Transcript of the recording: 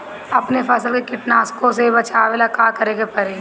अपने फसल के कीटनाशको से बचावेला का करे परी?